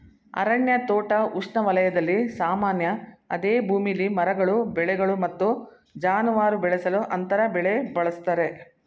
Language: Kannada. ಅರಣ್ಯ ತೋಟ ಉಷ್ಣವಲಯದಲ್ಲಿ ಸಾಮಾನ್ಯ ಅದೇ ಭೂಮಿಲಿ ಮರಗಳು ಬೆಳೆಗಳು ಮತ್ತು ಜಾನುವಾರು ಬೆಳೆಸಲು ಅಂತರ ಬೆಳೆ ಬಳಸ್ತರೆ